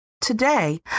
Today